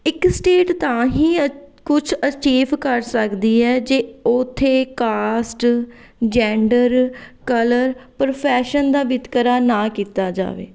ਇੱਕ ਸਟੇਟ ਤਾਂ ਹੀ ਕੁਛ ਅਚੀਫ਼ ਕਰ ਸਕਦੀ ਹੈ ਜੇ ਉੱਥੇ ਕਾਸਟ ਜੈਂਡਰ ਕਲਰ ਪ੍ਰੋਫੈਸ਼ਨ ਦਾ ਵਿਤਕਰਾ ਨਾ ਕੀਤਾ ਜਾਵੇ